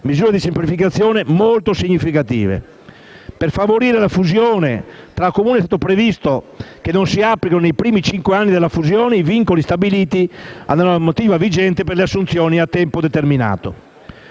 vigore del principio del pareggio di bilancio. Per favorire la fusione tra Comuni, è stato previsto che non si applichino nei primi cinque anni della fusione i vincoli stabiliti dalla normativa vigente per le assunzioni a tempo determinato.